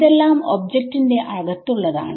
ഇതെല്ലാം ഒബ്ജക്റ്റ്ന്റെ അകത്തുള്ളതാണ്